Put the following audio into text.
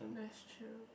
that's true